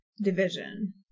division